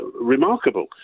remarkable